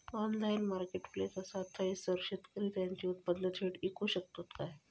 Online marketplace असा थयसर शेतकरी त्यांची उत्पादने थेट इकू शकतत काय?